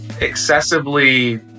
excessively